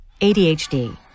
ADHD